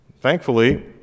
Thankfully